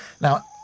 Now